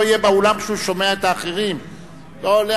הוא לא יהיה באולם כשהוא שומע את האחרים?